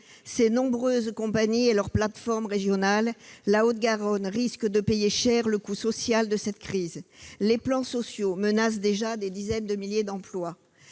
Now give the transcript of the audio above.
ses nombreuses compagnies et leurs plateformes régionales, la Haute-Garonne risque de payer cher le coût social de cette crise. Les plans sociaux menacent déjà des dizaines de milliers d'emplois.